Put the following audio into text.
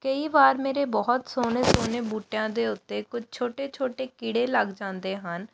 ਕਈ ਵਾਰ ਮੇਰੇ ਬਹੁਤ ਸੋਹਣੇ ਸੋਹਣੇ ਬੂਟਿਆਂ ਦੇ ਉੱਤੇ ਕੁਝ ਛੋਟੇ ਛੋਟੇ ਕੀੜੇ ਲੱਗ ਜਾਂਦੇ ਹਨ